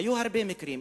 היו הרבה מקרים.